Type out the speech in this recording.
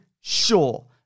sure